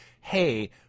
hey